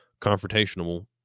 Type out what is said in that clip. confrontational